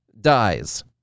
dies